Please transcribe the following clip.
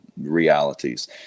realities